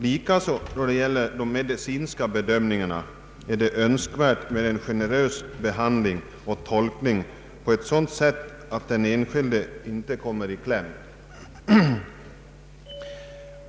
Likaså är det önskvärt med en generös bedömning av de medicinska skälen så att den enskilde inte kommer i kläm.